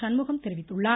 சண்முகம் தெரிவித்துள்ளார்